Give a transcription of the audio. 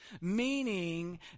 Meaning